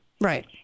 Right